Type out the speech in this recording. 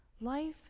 Life